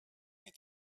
with